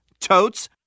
Totes